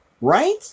Right